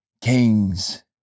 kings